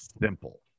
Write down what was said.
simple